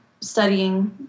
studying